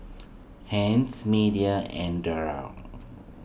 Anice Media and Daryl